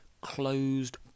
closed